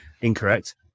Incorrect